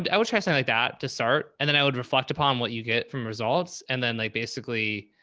would, i would try something so like that to start, and then i would reflect upon what you get from results and then like, basically,